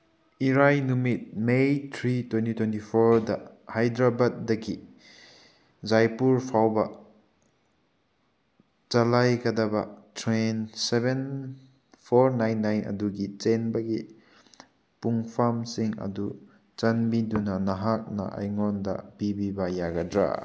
ꯏꯔꯥꯏ ꯅꯨꯃꯤꯠ May three twenty twenty ꯐꯣꯔꯗ ꯍꯥꯏꯗ꯭ꯔꯕꯥꯠꯗꯒꯤ ꯖꯥꯏꯄꯨꯔ ꯐꯥꯎꯕ ꯆꯂꯥꯏꯒꯗꯕ train seven four nine nine ꯑꯗꯨꯒꯤ ꯆꯦꯟꯕꯒꯤ ꯄꯨꯡꯐꯝꯁꯤꯡ ꯑꯗꯨ ꯆꯥꯟꯕꯤꯗꯨꯅ ꯅꯍꯥꯛꯅ ꯑꯩꯉꯣꯟꯗ ꯄꯤꯕꯤꯕ ꯌꯥꯒꯗ꯭ꯔꯥ